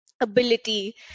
ability